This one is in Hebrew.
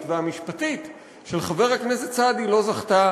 והמשפטית של חבר הכנסת סעדי לא זכתה